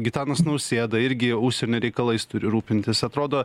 gitanas nausėda irgi užsienio reikalais turi rūpintis atrodo